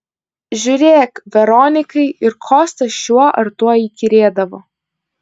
žiūrėk veronikai ir kostas šiuo ar tuo įkyrėdavo